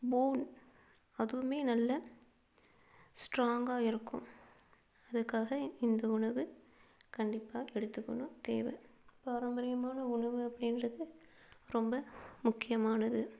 phone அதுவுமே நல்ல ஸ்ட்ராங்காக இருக்கும் அதுக்காக இந்த உணவு கண்டிப்பாக எடுத்துக்கணும் தேவை பாரம்பரியமான உணவு அப்படின்றது ரொம்ப முக்கியமானது